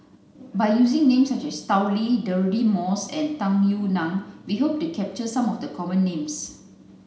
by using names such as Tao Li Deirdre Moss and Tung Yue Nang we hope to capture some of the common names